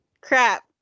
Crap